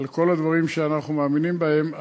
על כל הדברים שאנחנו מאמינים בהם,